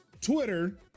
Twitter